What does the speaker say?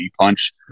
punch